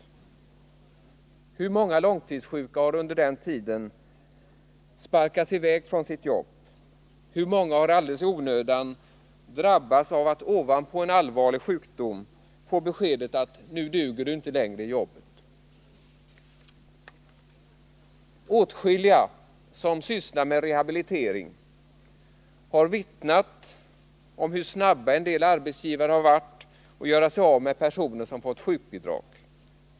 Hur många långtidssjuka har under den tiden sparkats iväg från sitt jobb, hur många har alldeles i onödan drabbats av att ovanpå en allvarlig sjukdom få beskedet att de inte längre duger i jobbet? Åtskilliga som sysslar med rehabilitering har vittnat om hur snabba en del arbetsgivare har varit att göra sig av med personer som fått sjukbidrag.